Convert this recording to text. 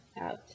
out